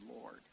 Lord